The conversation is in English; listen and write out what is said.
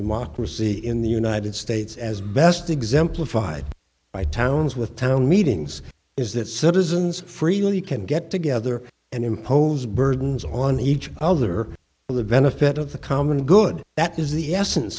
democracy in the united states as best exemplified by towns with town meetings is that citizens freely can get together and impose burdens on each other for the benefit of the common good that is the essence